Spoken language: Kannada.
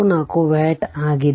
44 ವ್ಯಾಟ್ ಆಗಿದೆ